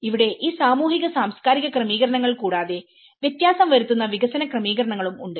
ഇവിടെ ഈ സാമൂഹിക സാംസ്കാരിക ക്രമീകരണങ്ങൾ കൂടാതെവ്യത്യാസം വരുത്തുന്ന വികസന ക്രമീകരണങ്ങളും ഉണ്ട്